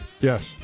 Yes